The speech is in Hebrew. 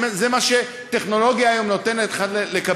זה מה שטכנולוגיה היום נותנת לך לקבל.